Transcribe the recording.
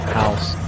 house